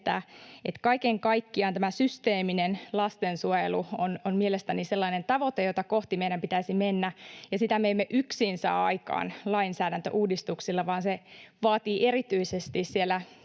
että kaiken kaikkiaan tämä systeeminen lastensuojelu on mielestäni sellainen tavoite, jota kohti meidän pitäisi mennä. Sitä me emme yksin saa aikaan lainsäädäntöuudistuksilla, vaan se vaatii erityisesti siellä